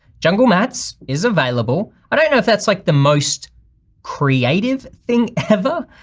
jungle mats is available, i don't know if that's like the most creative thing ever.